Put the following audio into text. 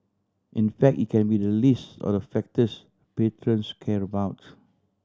in fact it can be the least of the factors patrons care about